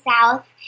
South